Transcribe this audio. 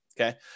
okay